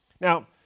Now